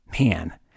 Man